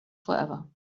forever